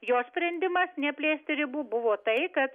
jo sprendimas neplėsti ribų buvo tai kad